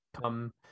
come